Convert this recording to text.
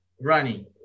running